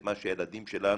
את מה שהילדים שלנו,